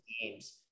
games